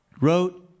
wrote